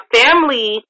family